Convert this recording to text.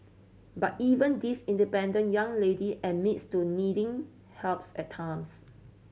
but even this independent young lady admits to needing helps at times